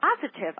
positive